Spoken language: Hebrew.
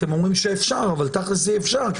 אתם אומרים שאפשר אבל תכלס אי אפשר כי